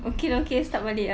okay okay start balik ah